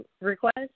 request